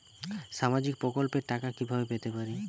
সামাজিক প্রকল্পের টাকা কিভাবে পেতে পারি?